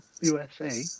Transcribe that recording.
USA